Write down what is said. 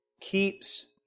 keeps